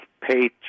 pay